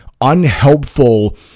unhelpful